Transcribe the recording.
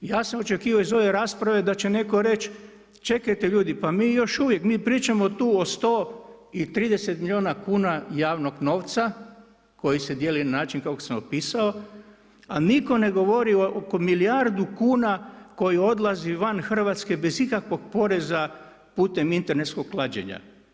Ja sam očekivao iz ove rasprave da će neko reći, čekajte ljudi pa mi još uvijek, mi pričamo tu o 130 milijuna kuna javnog novca koji se dijeli na način kako sam opisao, a niko ne govori oko milijardu kuna koje odlaze van Hrvatske bez ikakvog poreza putem internetskog klađenja.